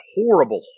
horrible